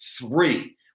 three